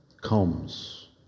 comes